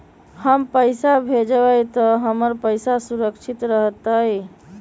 हम पैसा भेजबई तो हमर पैसा सुरक्षित रहतई?